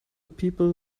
people